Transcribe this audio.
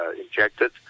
injected